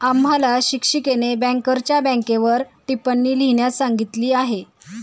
आम्हाला शिक्षिकेने बँकरच्या बँकेवर टिप्पणी लिहिण्यास सांगितली आहे